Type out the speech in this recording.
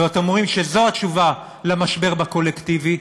ואתם אומרים שזאת התשובה למשבר בקולקטיבי,